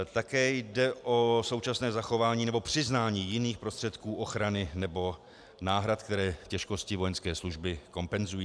Také jde o současné zachování nebo přiznání jiných prostředků ochrany nebo náhrad, které těžkosti vojenské služby kompenzují.